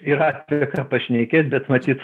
yra apie ką pašnekėt bet matyt